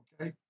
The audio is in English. okay